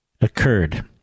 occurred